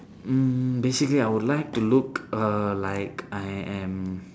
mm basically I would like to look err like I am